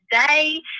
today